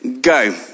Go